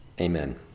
amen